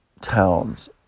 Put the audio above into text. towns